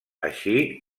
així